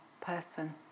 person